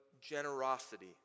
generosity